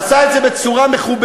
עשה את זה בצורה מכובדת,